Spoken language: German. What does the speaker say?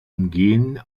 umgehen